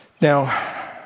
Now